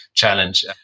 challenge